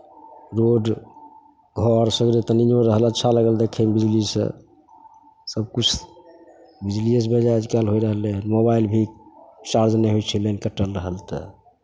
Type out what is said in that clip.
road घर सगरे तऽ नहिओ रहल अच्छा लगल देखयमे बिजलीसँ सभकिछु बिजलिएसँ आजकल होइ रहलै हन मोबाइल भी चार्ज नहि होइ छै लाइन कटल रहल तऽ